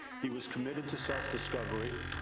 he was committed to self discovery,